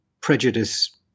prejudice